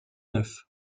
neuf